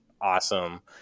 awesome